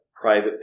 private